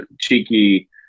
cheeky